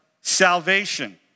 salvation